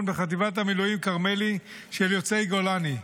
בחטיבת המילואים כרמלי של יוצאי גולני.